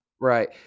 right